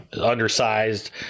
undersized